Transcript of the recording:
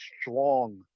strong